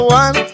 one